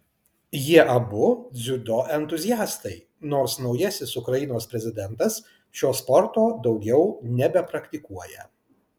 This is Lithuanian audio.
jie abu dziudo entuziastai nors naujasis ukrainos prezidentas šio sporto daugiau nebepraktikuoja